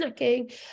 snacking